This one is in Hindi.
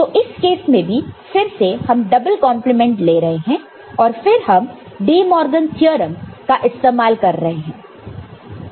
तो इस केस में भी फिर से हम डबल कंप्लीमेंट ले रहे हैं और फिर हम डिमॉर्गन थ्योरम का इस्तेमाल कर रहे हैं